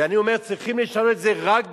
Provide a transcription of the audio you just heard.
ואני אומר, צריכים לשנות את זה רק בחקיקה.